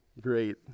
great